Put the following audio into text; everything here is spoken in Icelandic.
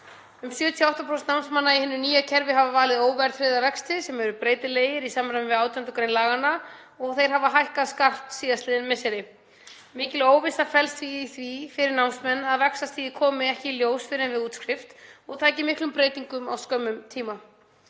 Um 78% námsmanna í hinu nýja kerfi hafa valið óverðtryggða vexti sem eru breytilegir í samræmi við 18. gr. laganna og þeir hafa hækkað skarpt síðastliðin misseri. Mikil óvissa felst í því fyrir námsmenn að vaxtastigið komi ekki í ljós fyrr en við útskrift og taki miklum breytingum á skömmum tíma.